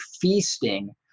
feasting